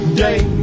day